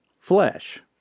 flesh